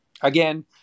Again